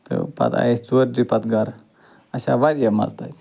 تہٕ پتہٕ آیہِ أسۍ ژورِ دۅہۍ پتہٕ گرٕ اَسہِ آو وارِیاہ مَزٕ تَتہِ